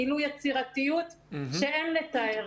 גילו יצירתיות שאין לתאר,